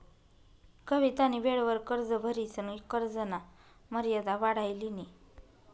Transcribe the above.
कवितानी वेळवर कर्ज भरिसन कर्जना मर्यादा वाढाई लिनी